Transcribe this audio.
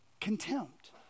contempt